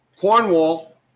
Cornwall